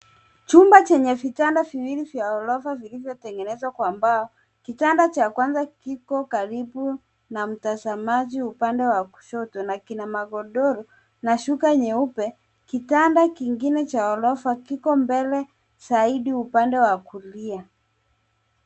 Chumba chenye vitanda viwili vya ghorofa vilivyotengenezwa kwa mbao. Kitanda cha kwanza kiko karibu na mtazamaji, upande wa kushoto na kina magodoro na shuka nyeupe. Kitanda kingine cha ghorofa kiko mbele zaidi upande wa kulia.